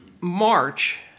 March